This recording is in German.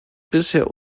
bisher